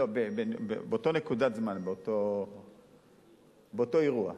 לא, באותה נקודת זמן, באותו אירוע.